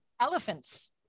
Elephants